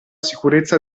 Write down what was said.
sicurezza